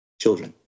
children